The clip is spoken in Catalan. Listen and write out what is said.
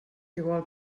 igual